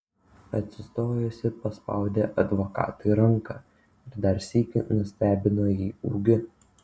atsistojusi paspaudė advokatui ranką ir dar sykį nustebino jį ūgiu